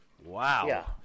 Wow